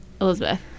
Elizabeth